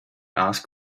asked